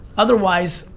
otherwise,